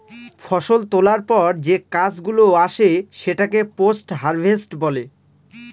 ফষল তোলার পর যে কাজ গুলো আসে সেটাকে পোস্ট হারভেস্ট বলে